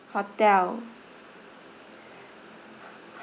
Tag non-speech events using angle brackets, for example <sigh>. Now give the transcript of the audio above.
hotel <breath>